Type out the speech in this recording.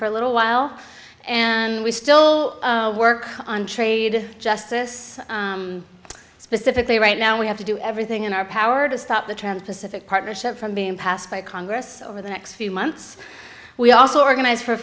for a little while and we still work on trade justice specifically right now we have to do everything in our power to stop the trans pacific partnership from being passed by congress over the next few months we also organize for